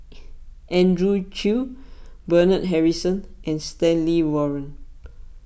Andrew Chew Bernard Harrison and Stanley Warren